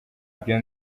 byo